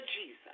Jesus